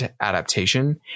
adaptation